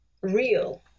real